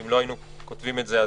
אם לא היינו כותבים את זה,